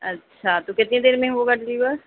اچھا تو کتنی دیر میں ہوگا ڈلیور